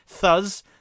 Thus